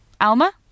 Alma